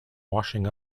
washing